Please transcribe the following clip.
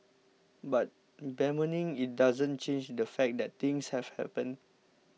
but bemoaning it doesn't change the fact that things have happened